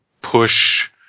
push